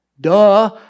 Duh